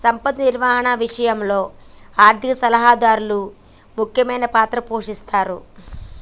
సంపద నిర్వహణ విషయంలో ఆర్థిక సలహాదారు ముఖ్యమైన పాత్ర పోషిస్తరు